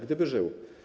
Gdyby żył.